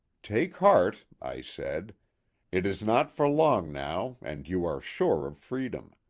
take heart, i said it is not for long now and you are sure of freedom.